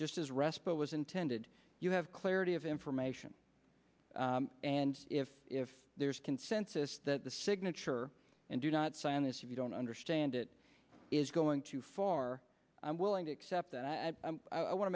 just as respite was intended you have clarity of information and if if there is consensus that the signature and do not sign this if you don't understand it is going too far i'm willing to accept that i